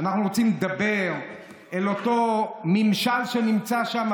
אנחנו רוצים לדבר אל אותו ממשל שנמצא שם,